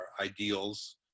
ideals